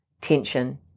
tension